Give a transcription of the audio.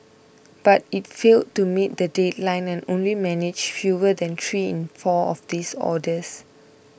but it failed to meet the deadline and only managed fewer than three in four of these orders